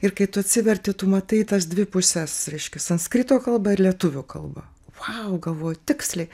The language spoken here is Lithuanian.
ir kai tu atsiverti tu matai tas dvi puses reiškia sanskrito kalba ir lietuvių kalba vau galvoju tiksliai